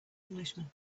englishman